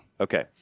Okay